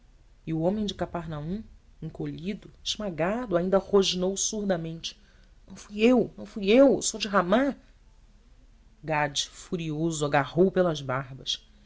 e o homem de cafarnaum encolhido esmagado ainda rosnou surdamente não fui eu não fui eu eu sou de ramá gade furioso agarrou-o pelas barbas